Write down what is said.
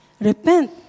Repent